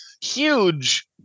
huge